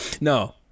No